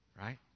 Right